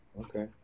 Okay